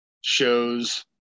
shows